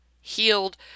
healed